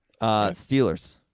Steelers